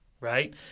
right